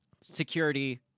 security